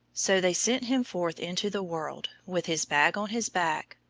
so they sent him forth into the world with his bag on his back,